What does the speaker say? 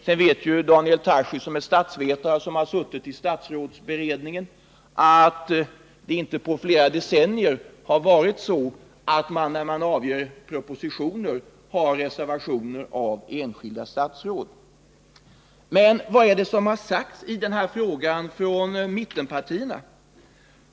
Sedan vet Daniel Tarschys, som är statsvetare och som har suttit i statsrådsberedningen, att det inte på flera decennier har varit så att enskilda statsråd avgivit reservationer när regeringen avlämnat propositioner. Men vad är det som har sagts i den här frågan från mittenpartierna?